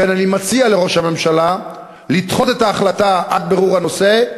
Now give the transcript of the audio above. לכן אני מציע לראש הממשלה לדחות את החלטה עד בירור הנושא,